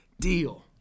deal